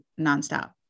nonstop